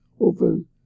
open